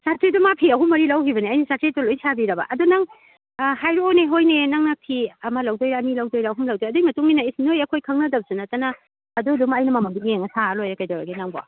ꯆꯥꯇ꯭ꯔꯦꯠꯇꯣ ꯃꯥ ꯐꯤ ꯑꯍꯨꯝ ꯃꯔꯤ ꯂꯧꯈꯤꯕꯅꯦ ꯑꯩꯅ ꯆꯥꯇ꯭ꯔꯦꯠꯇ ꯂꯣꯏ ꯁꯥꯕꯤꯔꯕ ꯑꯗꯣ ꯅꯪ ꯍꯥꯏꯔꯛꯑꯣꯅꯦ ꯍꯣꯏꯅꯦ ꯅꯪꯅ ꯐꯤ ꯑꯃ ꯂꯧꯗꯣꯏꯔꯥ ꯑꯅꯤ ꯂꯧꯗꯣꯏꯔꯥ ꯑꯍꯨꯝ ꯂꯧꯗꯣꯏꯔꯥ ꯑꯗꯨꯏ ꯃꯇꯨꯡ ꯏꯟꯅ ꯏꯁ ꯅꯣꯏ ꯑꯩꯈꯣꯏ ꯈꯪꯅꯗꯕꯁꯨ ꯅꯠꯇꯅ ꯑꯗꯨ ꯑꯗꯨꯝ ꯑꯩꯅ ꯃꯃꯟꯗꯣ ꯌꯦꯡꯉꯒ ꯁꯥꯔ ꯂꯣꯏꯔꯦ ꯀꯩꯗꯧꯔꯒꯦ ꯅꯪꯕꯣ